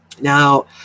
Now